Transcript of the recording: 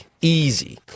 Easy